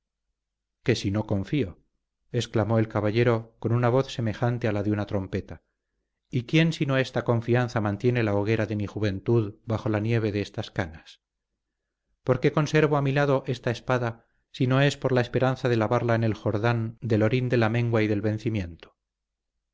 qué sino confío exclamó el caballero con una voz semejante a la de una trompeta y quién sino esta confianza mantiene la hoguera de mi juventud bajo la nieve de estas canas por qué conservo a mi lado esta espada sino es por la esperanza de lavarla en el jordán del orín de la mengua y del vencimiento